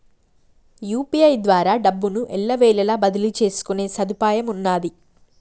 UPI ద్వారా డబ్బును ఎల్లవేళలా బదిలీ చేసుకునే సదుపాయమున్నాది